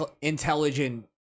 intelligent